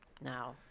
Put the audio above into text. now